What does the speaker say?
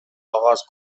آغاز